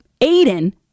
Aiden